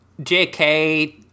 JK